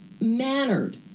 mannered